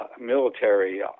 military